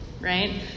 right